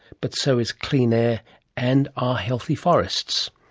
but so is clean air and our healthy forests.